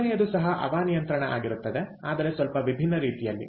ಮೂರನೆಯದು ಸಹ ಹವಾನಿಯಂತ್ರಣ ಆಗಿರುತ್ತದೆ ಆದರೆ ಸ್ವಲ್ಪ ವಿಭಿನ್ನ ರೀತಿಯಲ್ಲಿ